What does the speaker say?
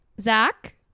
Zach